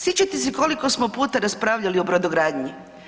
Sjećate se koliko smo puta raspravljali o brodogradnji?